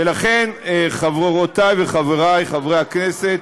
ולכן, חברותי וחברי חברי הכנסת,